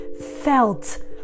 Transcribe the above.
felt